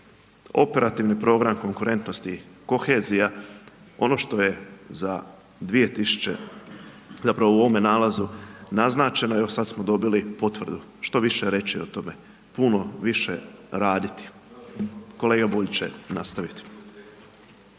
Operativni program konkurentnosti i kohezija, ono što je za 2000, zapravo u ovome nalazu naznačeno, evo sad smo dobili potvrdu, što više reći o tome, puno više raditi, kolega Bulj će nastaviti.